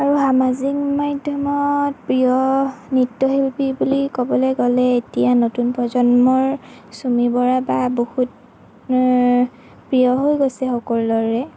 আৰু সামাজিক মাধ্যমত প্ৰিয় নৃত্যশিল্পী বুলি ক'বলৈ গ'লে এতিয়া নতুন প্ৰজন্মৰ চুমী বৰা বা বহুত প্ৰিয় হৈ গৈছে সকলোৰে